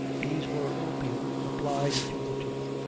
these were opium applied to the tooth,